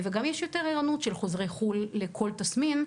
וגם יש יותר ערנות של חוזרי חו"ל לכל תסמין,